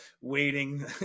waiting